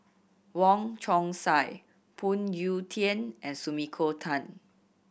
Wong Chong Sai Phoon Yew Tien and Sumiko Tan